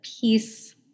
peace